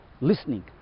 listening